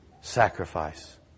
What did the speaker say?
sacrifice